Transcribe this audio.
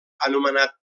anomenat